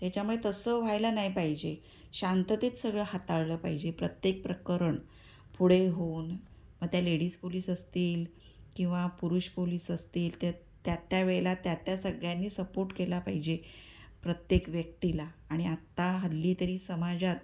त्याच्यामुळे तसं व्हायला नाही पाहिजे शांततेत सगळं हाताळलं पाहिजे प्रत्येक प्रकरण पुढे होऊन मग त्या लेडीज पोलिस असतील किंवा पुरुष पोलिस असतील त्या त्या त्या वेळेला त्या त्या सगळ्यांनी सपोर्ट केला पाहिजे प्रत्येक व्यक्तीला आणि आत्ता हल्ली तरी समाजात